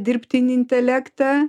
dirbtinį intelektą